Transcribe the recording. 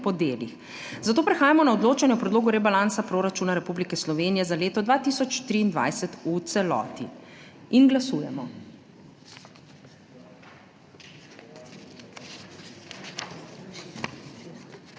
Prehajamo na odločanje o predlogu rebalansa proračuna Republike Slovenije za leto 2023 v celoti. Glasujemo.